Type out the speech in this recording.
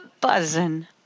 buzzing